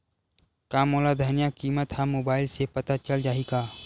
का मोला धनिया किमत ह मुबाइल से पता चल जाही का?